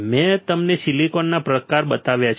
મેં તમને સિલિકોનના પ્રકારો બતાવ્યા છે